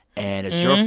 and it's your